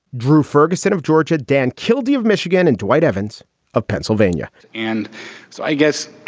drewe ferguson of georgia, dan kildee of michigan and dwight evans of pennsylvania and so i guess,